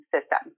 system